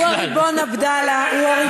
הוא הריבון, עבדאללה, הוא הריבון.